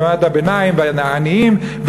ממעמד הביניים ומהעניים,